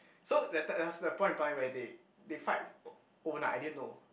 so that time there was a point in time where they they fight overnight I didn't know